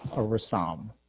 over som